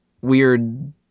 weird